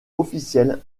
officiel